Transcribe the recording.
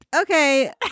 Okay